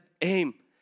aim